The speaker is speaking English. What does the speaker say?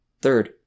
Third